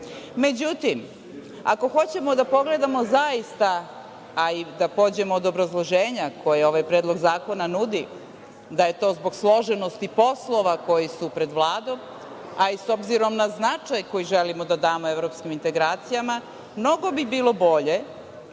Međutim, ako hoćemo da pogledamo zaista, a i da pođemo od obrazloženja koje ovaj Predlog zakona nudi, da je to zbog složenosti poslova koji su pred Vladom, a i s obzirom na značaj koji želimo da damo evropskim integracijama, mnogo bi bilo bolje,